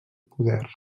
poder